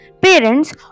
Parents